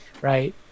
right